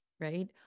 right